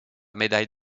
médaille